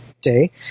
day